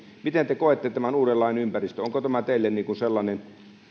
miten te koette tämän uuden lain ympäristön onko tämä teille sellainen